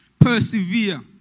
persevere